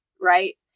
right